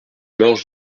marche